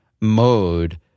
mode